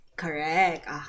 Correct